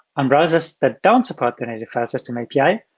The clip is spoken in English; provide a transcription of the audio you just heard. on browsers that don't support the native file system api,